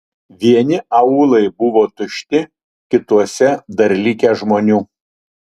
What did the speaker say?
vieni aūlai buvo tušti kituose dar likę žmonių